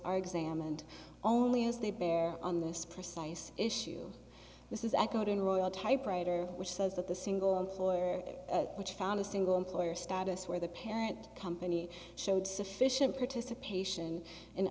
are examined only as they bear on this precise issue this is accurate in royal typewriter which says that the single employer which found a single employer status where the parent company showed sufficient participation in